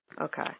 Okay